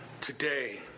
today